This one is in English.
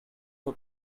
for